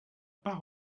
pas